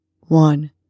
One